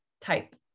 type